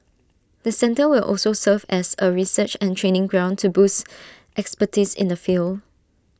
the centre will also serve as A research and training ground to boost expertise in the field